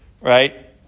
right